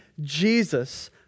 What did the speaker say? Jesus